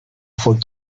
for